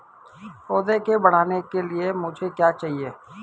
पौधे के बढ़ने के लिए मुझे क्या चाहिए?